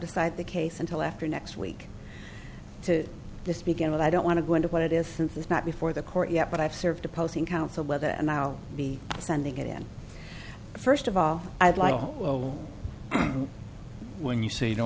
decide the case until after next week to this begin with i don't want to go into what it is since it's not before the court yet but i've served opposing counsel whether and i'll be sending it in first of all i'd like when you say you don't